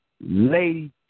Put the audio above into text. Lady